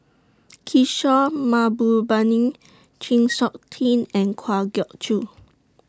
Kishore Mahbubani Chng Seok Tin and Kwa Geok Choo